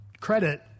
credit